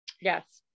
Yes